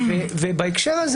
ובהקשר הזה